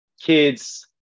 kids